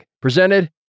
presented